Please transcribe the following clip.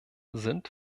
sind